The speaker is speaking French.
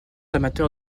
amateur